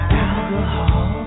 alcohol